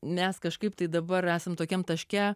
mes kažkaip tai dabar esam tokiam taške